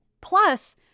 Plus